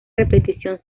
repetición